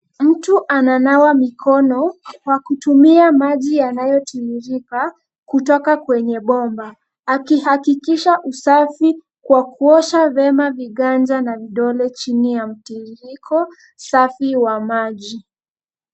Mtu ananawa mikono kwa kutumia maji yanayotiririka kutoka kwenye bomba akihakikisha usafi kwa kuosha vyema viganja na vidole chini ya mtirirko safi wa maji.